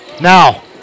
Now